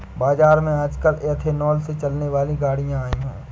बाज़ार में आजकल एथेनॉल से चलने वाली गाड़ियां आई है